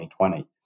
2020